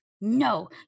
No